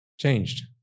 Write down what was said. Changed